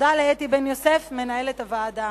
ותודה לאתי בן-יוסף, מנהלת הוועדה.